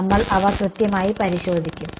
നമ്മൾ അവ കൃത്യമായി പരിശോധിക്കും